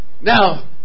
Now